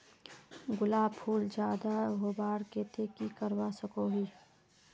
गुलाब फूल ज्यादा होबार केते की करवा सकोहो ही?